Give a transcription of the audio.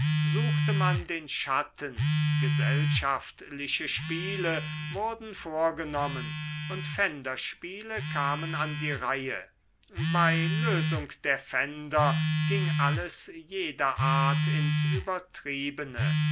suchte man den schatten gesellschaftliche spiele wurden vorgenommen und pfänderspiele kamen an die reihe bei lösung der pfänder ging alles jeder art ins übertriebene